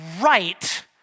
right